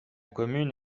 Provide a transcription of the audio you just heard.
commune